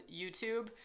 youtube